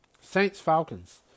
Saints-Falcons